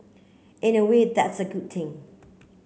in a way that's a good thing